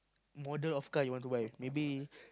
model of car you want to buy maybe